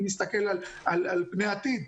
אני מסתכל על פני עתיד.